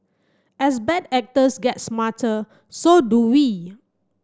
as bad actors get smarter so do we